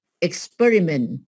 experiment